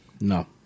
No